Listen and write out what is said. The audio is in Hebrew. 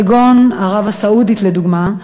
ערב-הסעודית לדוגמה,